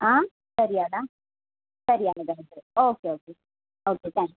ಹಾಂ ಸರಿ ಅಲ್ಲಾ ಸರಿ ಹಾಗಾದರೆ ಹಾಗಾದರೆ ಓಕೆ ಓಕೆ ಓಕೆ ಥ್ಯಾಂಕ್ಸ್